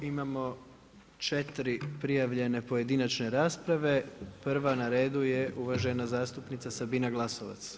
Imamo 4 prijavljene pojedinačne rasprave, prva na redu je uvažena zastupnica Sabina Glasovac.